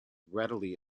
readily